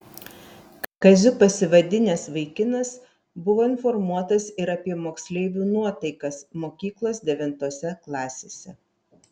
kaziu pasivadinęs vaikinas buvo informuotas ir apie moksleivių nuotaikas mokyklos devintose klasėse